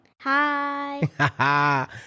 Hi